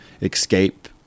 escape